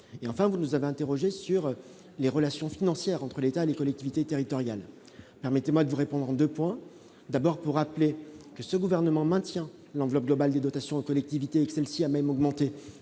enfin vous nous avez interrogé sur les relations financières entre l'État, les collectivités territoriales, permettez-moi de vous répondre en 2 points : d'abord pour rappeler que ce gouvernement maintient l'enveloppe globale des dotations aux collectivités et que celle-ci a même augmenté